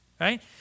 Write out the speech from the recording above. right